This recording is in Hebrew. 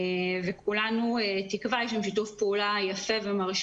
כולנו תקווה יש שם שיתוף פעולה יפה ומרשים